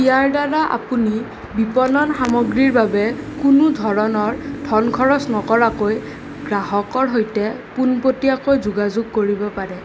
ইয়াৰ দ্বাৰা আপুনি বিপণন সামগ্ৰীৰ বাবে কোনো ধৰণৰ ধন খৰচ নকৰাকৈ গ্ৰাহকৰ সৈতে পোনপটীয়াকৈ যোগাযোগ কৰিব পাৰে